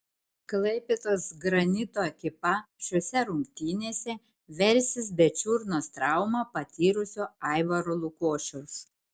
klaipėdos granito ekipa šiose rungtynėse versis be čiurnos traumą patyrusio aivaro lukošiaus